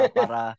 para